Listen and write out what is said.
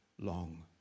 long